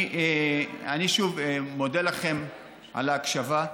אני שוב מודה לכם על ההקשבה,